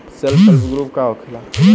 Self help group का होखेला?